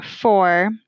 Four